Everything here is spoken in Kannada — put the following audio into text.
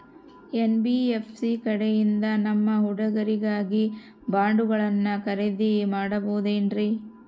ಎನ್.ಬಿ.ಎಫ್.ಸಿ ಕಡೆಯಿಂದ ನಮ್ಮ ಹುಡುಗರಿಗಾಗಿ ಬಾಂಡುಗಳನ್ನ ಖರೇದಿ ಮಾಡಬಹುದೇನ್ರಿ?